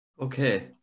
Okay